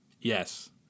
Yes